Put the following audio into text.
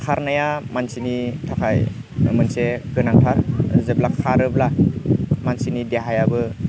खारनाया मानसिनि थाखाय मोनसे गोनांथार जेब्ला खारोब्ला मानसिनि देहायाबो